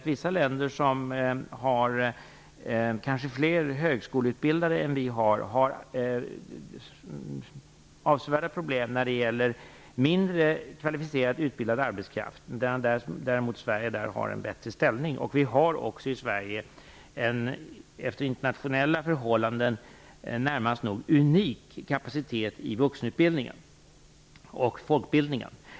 Vissa länder som har fler högskoleutbildade än vi, har avsevärda problem när det gäller mindre kvalificerat utbildad arbetskraft, medan Sverige där har en bättre ställning. I Sverige har vi också en i jämförelse med internationella förhållanden närmast unik kapacitet i vuxenutbildningen och folkbildningen.